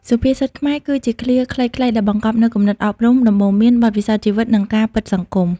សុភាសិតខ្មែរ គឺជាឃ្លាខ្លីៗដែលបង្កប់នូវគំនិតអប់រំ ដំបូន្មាន បទពិសោធន៍ជីវិត និងការពិតសង្គម។